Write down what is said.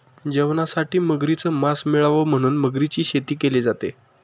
जेवणासाठी मगरीच मास मिळाव म्हणून मगरीची शेती केली जाते